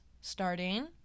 starting